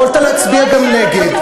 יכולת להצביע גם נגד.